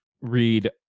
read